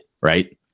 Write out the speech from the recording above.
right